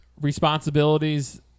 responsibilities